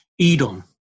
Edom